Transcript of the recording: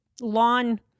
lawn